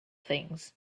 things